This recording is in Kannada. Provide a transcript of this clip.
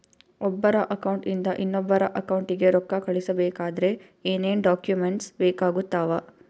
ಒಬ್ಬರ ಅಕೌಂಟ್ ಇಂದ ಇನ್ನೊಬ್ಬರ ಅಕೌಂಟಿಗೆ ರೊಕ್ಕ ಕಳಿಸಬೇಕಾದ್ರೆ ಏನೇನ್ ಡಾಕ್ಯೂಮೆಂಟ್ಸ್ ಬೇಕಾಗುತ್ತಾವ?